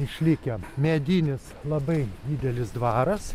išlikę medinis labai didelis dvaras